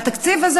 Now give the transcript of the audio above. והתקציב הזה,